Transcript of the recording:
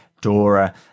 Dora